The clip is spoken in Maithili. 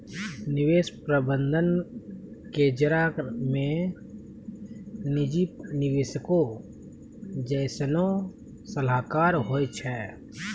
निवेश प्रबंधन जेकरा मे निजी निवेशको जैसनो सलाहकार होय छै